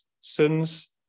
sins